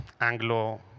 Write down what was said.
Anglo